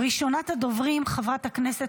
ראשונת הדוברים, חברת הכנסת